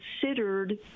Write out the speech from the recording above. considered